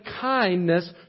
kindness